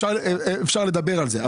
אפשר לדבר על זה,